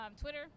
Twitter